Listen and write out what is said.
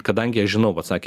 kadangi aš žinau vat sakė